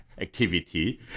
activity